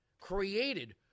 created